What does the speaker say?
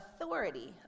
authority